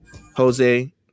Jose